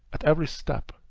at every step,